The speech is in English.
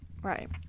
Right